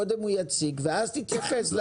קודם הוא יציג ואז תתייחס.